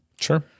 Sure